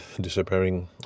disappearing